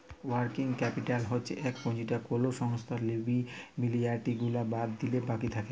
working capital হচ্ছ যে পুঁজিটা কোলো সংস্থার লিয়াবিলিটি গুলা বাদ দিলে বাকি থাক্যে